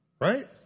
Right